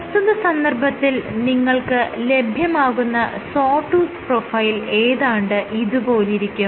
പ്രസ്തുത സന്ദർഭത്തിൽ നിങ്ങൾക്ക് ലഭ്യമാകുന്ന സോ ടൂത് പ്രൊഫൈൽ ഏതാണ്ട് ഇതുപോലിരിക്കും